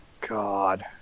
God